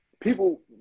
people